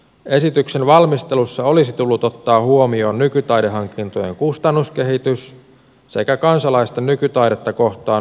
esityksen valmistelussa olisi tullut ottaa huomioon nykytaidehankintojen kustannuskehitys sekä kansalaisten nykytaidetta kohtaan osoittama kritiikki